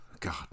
god